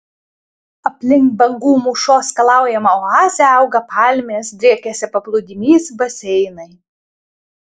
aplink bangų mūšos skalaujamą oazę auga palmės driekiasi paplūdimys baseinai